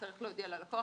צריך להודיע ללקוח,